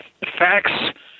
facts